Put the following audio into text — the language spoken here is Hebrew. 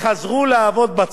כמו סגן הרמטכ"ל,